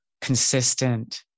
consistent